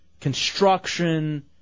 construction